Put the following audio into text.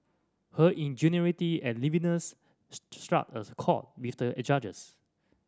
her ingenuity and liveliness struck a chord with the judges